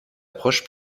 approche